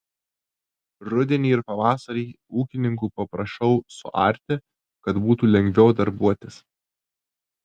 rudenį ir pavasarį ūkininkų paprašau suarti kad būtų lengviau darbuotis